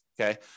okay